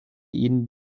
ihnen